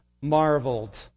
marveled